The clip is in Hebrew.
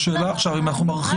השאלה עכשיו היא אם אנחנו מרחיבים.